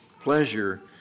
pleasure